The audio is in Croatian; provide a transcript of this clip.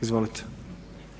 Izvolite.